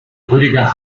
rüdiger